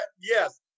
yes